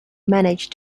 managed